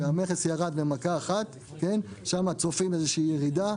שהמכס ירד במכה אחת ושם צופים איזושהי ירידה,